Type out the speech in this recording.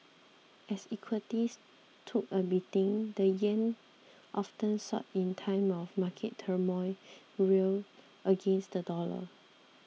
as equities took a beating the yen often sought in times of market turmoil rallied against the dollar